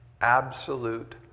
Absolute